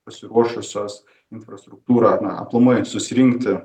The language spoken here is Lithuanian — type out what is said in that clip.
pasiruošusios infrastruktūrą aplamai susirinkti